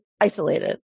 isolated